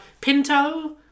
pinto